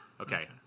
Okay